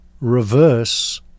reverse